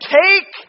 take